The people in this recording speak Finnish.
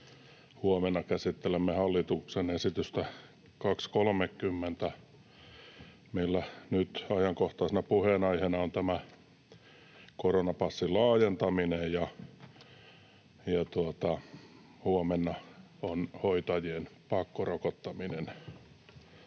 huomenna käsittelemme hallituksen esitystä 230. Meillä nyt ajankohtaisena puheenaiheena on tämä koronapassin laajentaminen ja huomenna hoitajien pakkorokottaminen.